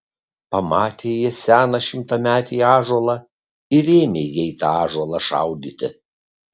pamatė jie seną šimtametį ąžuolą ir ėmė jie į tą ąžuolą šaudyti